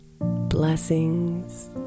blessings